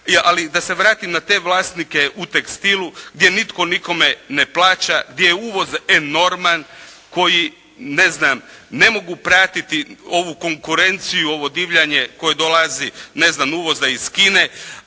Ali da se vratim na te vlasnike u tekstilu, gdje nitko nikome ne plaća, gdje je uvoz enorman koji ne znam ne mogu pratiti ovu konkurenciju, ovo divljanje koje dolazi ne